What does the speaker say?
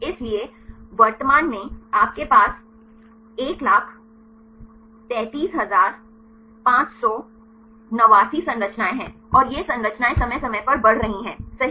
इसलिए वर्तमान में आपके पास 133589 संरचनाएं हैं और ये संरचनाएं समय समय पर बढ़ रही हैं सही